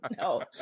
No